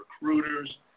recruiters